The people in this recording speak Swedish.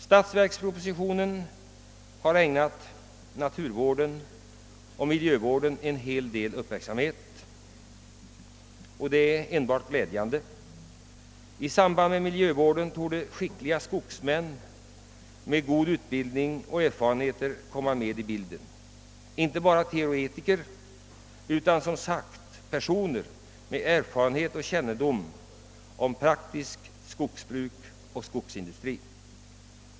Statsverkspropositionen har ägnat naturvården och miljövården en hel del uppmärksamhet. Det är enbart glädjande. I samband med miljövården borde skickliga skogsmän med god utbildning och erfarenhet anlitas. Det skall inte bara vara teoretiker utan som sagt personer med erfarenhet och kännedom om praktiskt skogsbruk och av skogsindustri.